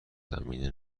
زمینه